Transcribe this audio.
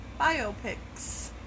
biopics